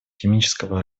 химического